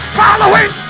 following